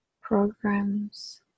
programs